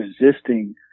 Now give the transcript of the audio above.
resisting